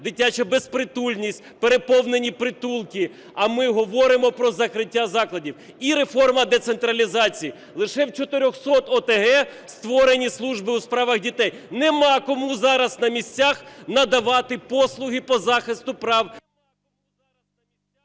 дитяча безпритульність, переповнені притулки, а ми говоримо про закриття закладів. І реформа децентралізації. Лише в 400 ОТГ створені служби у справах дітей. Немає кому зараз на місцях надавати послуги по захисту прав…